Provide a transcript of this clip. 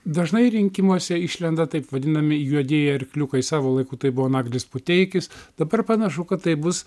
dažnai rinkimuose išlenda taip vadinami juodieji arkliukai savo laiku tai buvo naglis puteikis dabar panašu kad tai bus